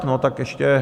No, tak ještě...